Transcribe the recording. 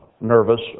nervous